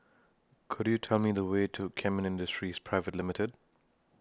Could YOU Tell Me The Way to Kemin Industries Private Limited